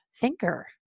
thinker